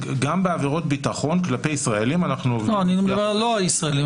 גם בעבירות ביטחון כלפי ישראלים --- אני לא מדבר על ישראלים,